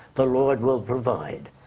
the lord will provide.